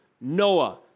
Noah